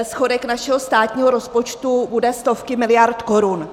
Schodek našeho státního rozpočtu bude stovky miliard korun.